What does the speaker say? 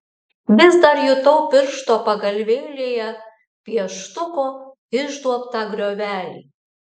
vis dar jutau piršto pagalvėlėje pieštuko išduobtą griovelį